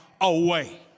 away